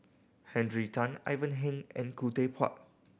Henry Tan Ivan Heng and Khoo Teck Puat